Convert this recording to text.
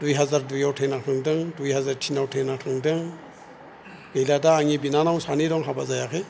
दुइ हाजार दुइआव थैना थांदों दुइ हाजार थिनआव थैना थांदों गैला दा आंनि बिनानाव सानै दं हाबा जायाखै